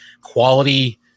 quality